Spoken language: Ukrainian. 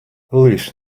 лиш